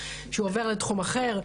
שהוא עובר לתחום אחר.